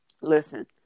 listen